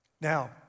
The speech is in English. Now